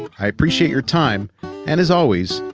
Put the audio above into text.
i appreciate your time and as always,